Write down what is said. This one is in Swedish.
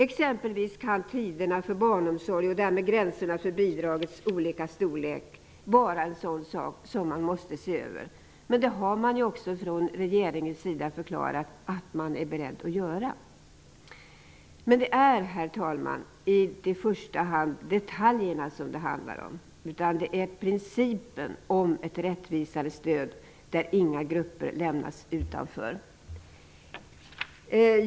Exempelvis kan tiderna för barnomsorg och därmed gränserna för bidragets varierande storlek vara en sådan sak som man måste se över. Det har man också från regeringens sida förklarat att man är beredd att göra. Men det är, herr talman, inte i första hand detaljerna som det handlar om, utan principen om ett rättvisare stöd där inga grupper lämnas utanför.